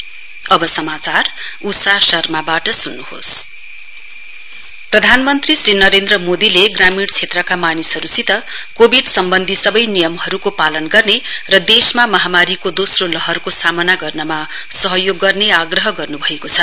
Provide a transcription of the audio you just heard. PM Swamitva scheme प्रधानमन्त्री श्री नरेन्द्र मोदीले ग्रामिण क्षेत्रका मानिसहरूसित कोविड सम्बन्धी सबै नियमहरूको पालन गर्ने र देशमा महामारीको दोस्रो लहरको सामना गर्नमा सहयोग गर्ने आग्रह गर्नुभएको छ